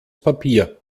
papier